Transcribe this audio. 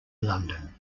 london